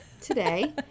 today